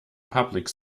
public